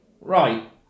right